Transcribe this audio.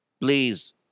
please